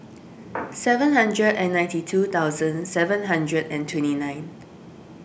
seven hundred and ninety two thousand seven hundred and twenty nine